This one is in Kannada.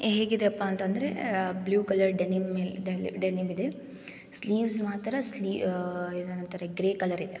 ಹೇಗಿದೆಪ್ಪ ಅಂತಂದರೆ ಬ್ಲೂ ಕಲರ್ ಡೆನಿಮಲ್ಲಿ ಡೆನಿಮ್ ಇದೆ ಸ್ಲೀವ್ಸ್ ಮಾತ್ರ ಸ್ಲೀ ಏನಂತರೆ ಗ್ರೇ ಕಲರ್ ಇದೆ